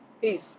Peace